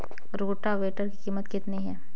Rotavator की कीमत कितनी है?